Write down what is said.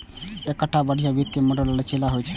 एकटा बढ़िया वित्तीय मॉडल लचीला होइ छै